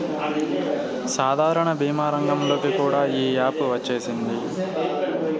సాధారణ భీమా రంగంలోకి కూడా ఈ యాపు వచ్చేసింది